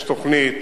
יש תוכנית,